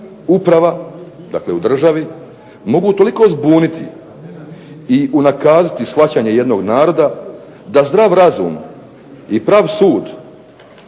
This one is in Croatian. i rđava uprava mogu toliko zbuniti i unakaziti shvaćanje jednog naroda da zdrav razum i prav sud